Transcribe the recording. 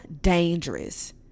dangerous